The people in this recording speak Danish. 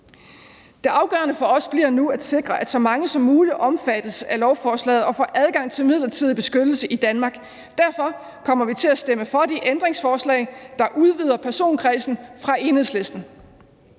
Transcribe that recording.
Det afgørende for os bliver nu at sikre, at så mange som mulig omfattes af lovforslaget og får adgang til midlertidig beskyttelse i Danmark. Derfor kommer vi til at stemme for de ændringsforslag fra Enhedslisten,